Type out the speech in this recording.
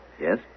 Yes